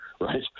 right